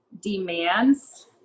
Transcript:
demands